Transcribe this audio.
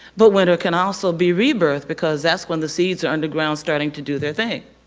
but winter can also be rebirth because that's when the seeds are underground starting to do their thing.